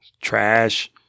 Trash